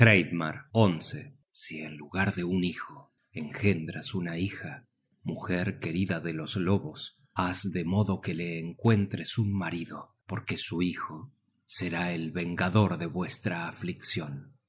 por este mientras dormía content from google book search generated at ja mujer querida de los lobos haz de modo que la encuentres un marido porque su hijo será el vengador de vuestra afliccion